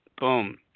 Boom